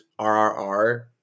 RRR